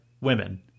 women